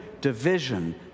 division